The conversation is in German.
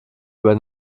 über